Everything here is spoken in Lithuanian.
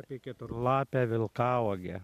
apie keturlapę vilkauogę